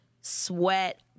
sweat